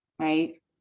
right